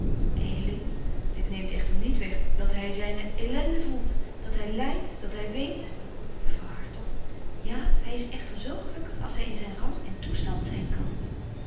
dit neemt echter niet weg dat hy zyne elenden voelt dat hy lydt dat hy weent juffrouw hartog ja hy is echter zo gelukkig als hy in zyn rang en toestand zyn kan